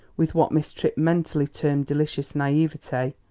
with what miss tripp mentally termed delicious naivete,